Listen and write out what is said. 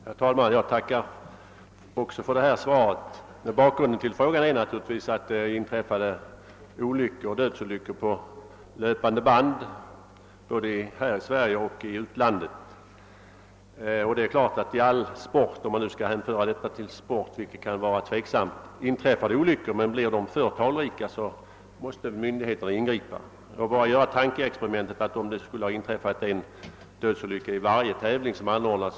Herr talman! Jag tackar också för detta svar. Bakgrunden till frågan är naturligtvis att det har inträffat dödsolyckor på löpande band både här i Sverige och i utlandet. Det är klart att i all sport, om man nu skall hänföra detta till sport, vilket kan vara tveksamt, inträffar olyckor, men om de blir alltför talrika måste myndigheterna ingripa. Man kan göra det tankeexperimentet att det skulle ha inträffat en dödsolycka i varje tävling som anordnats.